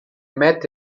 matt